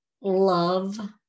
love